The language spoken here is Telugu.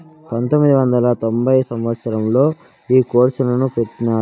పంతొమ్మిది వందల తొంభై సంవచ్చరంలో ఈ కోర్సును పెట్టినారు